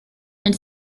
and